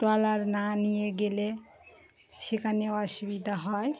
trawler না নিয়ে গেলে সেখানে অসুবিধা হয়